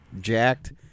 Jacked